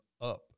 up